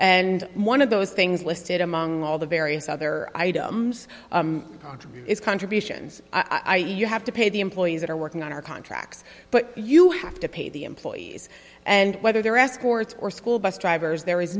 and one of those things listed among all the various other items is contributions i e you have to pay the employees that are working on our contracts but you have to pay the employees and whether they're escorts or school bus drivers there is